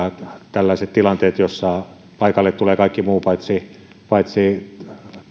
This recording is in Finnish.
tilanteet joissa paikalle tulevat kaikki muut paitsi paitsi